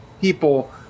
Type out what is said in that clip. people